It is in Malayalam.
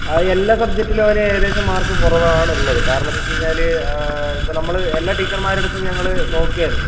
ആ എല്ലാ സബ്ജെക്റ്റിൽ അവന് ഏകദേശം മാർക്ക് കുറവാണുള്ളത് കാരണം എന്താച്ച് കഴിഞ്ഞാൽ ഇപ്പം നമ്മൾ എല്ലാ ടീച്ചർമാരടുത്ത് ഞങ്ങൾ നോക്കിയായിരുന്നു